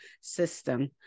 system